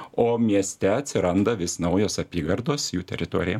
o mieste atsiranda vis naujos apygardos jų teritorija